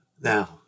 now